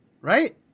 right